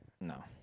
No